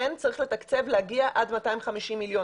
כן, צריך לתקצב ולהגיע עד 250 מיליון.